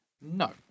No